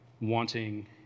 wanting